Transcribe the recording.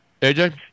AJ